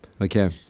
Okay